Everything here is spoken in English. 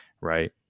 right